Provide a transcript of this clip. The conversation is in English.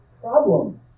problem